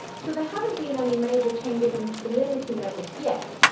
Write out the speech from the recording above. so there haven't been any major changes in salinity levels yet,